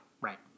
right